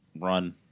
run